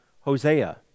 Hosea